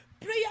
Prayer